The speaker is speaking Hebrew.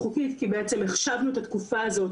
שעד מאי 2021,